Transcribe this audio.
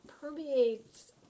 permeates